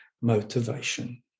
motivation